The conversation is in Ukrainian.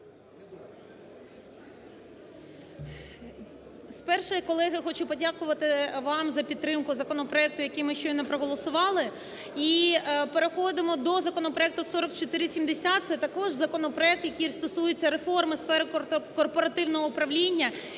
Спершу я, колеги, хочу подякувати вам за підтримку законопроекту, який ми щойно проголосували, і переходимо до законопроекту 4470, це також законопроект, який стосується реформи сфери корпоративного управління